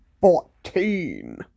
fourteen